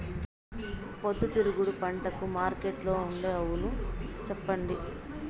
పొద్దుతిరుగుడు పంటకు మార్కెట్లో ఉండే అవును చెప్పండి?